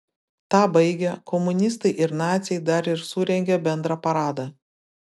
tą baigę komunistai ir naciai dar ir surengė bendrą paradą